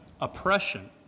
oppression